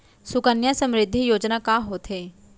सुकन्या समृद्धि योजना का होथे